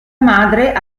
madre